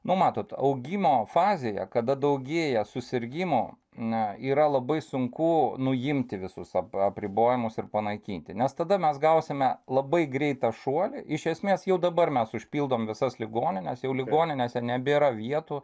nu matot augimo fazėje kada daugėja susirgimų na yra labai sunku nuimti visus apribojimus ir panaikinti nes tada mes gausime labai greitą šuolį iš esmės jau dabar mes užpildom visas ligonines jau ligoninėse nebėra vietų